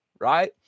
right